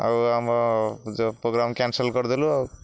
ଆଉ ଆମ ଯେଉଁ ପ୍ରୋଗ୍ରାମ କ୍ୟାନସଲ କରିଦେଲୁ ଆଉ